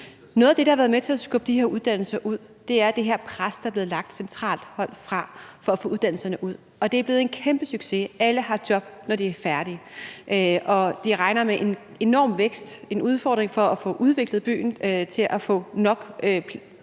Noget af det, der har været med til at skubbe de her uddannelser ud, er det her pres, der er blevet lagt fra centralt hold for at få uddannelserne ud. Det er blevet en kæmpesucces. Alle har job, når de er færdige, og de regner med en enorm vækst. Der er en udfordring med at få udviklet byen til at have nok boliger